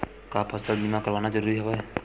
का फसल बीमा करवाना ज़रूरी हवय?